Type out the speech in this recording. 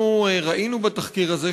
ראינו בתחקיר הזה,